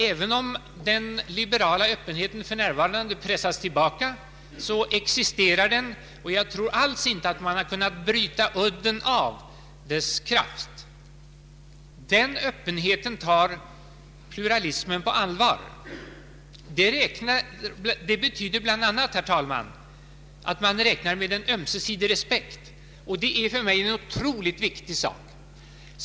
Även om den liberala öppenheten för närvarande pressas tillbaka existerar den — jag tror alls inte att man har kunnat bryta udden av dess kraft. Den öppenheten tar pluralismen på allvar. Det betyder bland annat, herr talman, att man räknar med en ömsesidig respekt, och det är för mig en otroligt viktig sak.